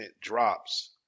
drops